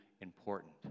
important